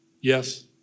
Yes